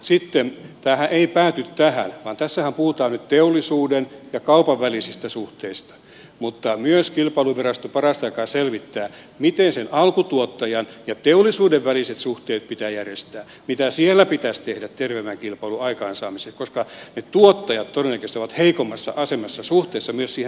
mutta tämähän ei pääty tähän vaan tässähän puhutaan nyt teollisuuden ja kaupan välisistä suhteista ja kilpailuvirasto parasta aikaa myös selvittää miten sen alkutuottajan ja teollisuuden väliset suhteet pitää järjestää mitä siellä pitäisi tehdä terveemmän kilpailun aikaansaamiseksi koska ne tuottajat todennäköisesti ovat heikommassa asemassa suhteessa myös siihen teollisuuteen